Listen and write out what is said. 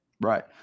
right